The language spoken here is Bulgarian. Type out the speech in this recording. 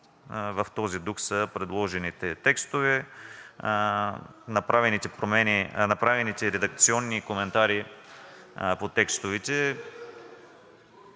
в този дух са предложените текстове. Направените редакционни коментари по текстовете